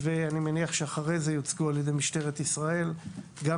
ואני מניח שאחרי כן יוצגו על-ידי משטרת ישראל גם